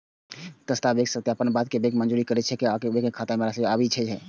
दस्तावेजक सत्यापनक बाद बैंक ऋण मंजूर करै छै आ बैंक खाता मे राशि आबि जाइ छै